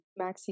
maxi